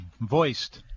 voiced